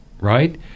right